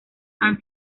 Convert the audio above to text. han